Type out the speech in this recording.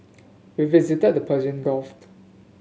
we visited the Persian Gulf